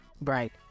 Right